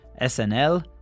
SNL